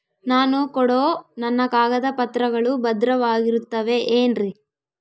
ನಾನು ಕೊಡೋ ನನ್ನ ಕಾಗದ ಪತ್ರಗಳು ಭದ್ರವಾಗಿರುತ್ತವೆ ಏನ್ರಿ?